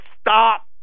stop